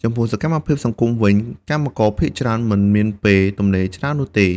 ចំពោះ សកម្មភាពសង្គម វិញ កម្មករភាគច្រើនមិនមានពេលទំនេរច្រើននោះទេ។